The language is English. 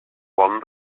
one